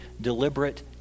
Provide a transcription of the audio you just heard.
deliberate